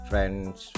Friends